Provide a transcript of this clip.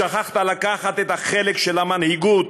שכחת לקחת את החלק של המנהיגות,